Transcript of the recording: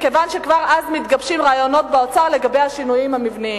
מכיוון שכבר אז מתגבשים רעיונות באוצר לגבי השינויים המבניים.